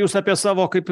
jūs apie savo kaip